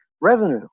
revenue